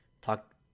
talk